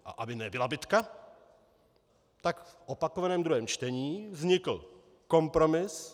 A aby nebyla bitka, tak v opakovaném druhém čtení vznikl kompromis.